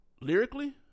Lyrically